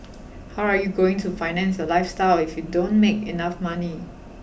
how are you going to finance your lifestyle if you don't make enough money